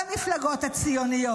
לפירוק העמותה שלכם,